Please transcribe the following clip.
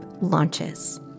launches